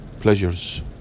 pleasures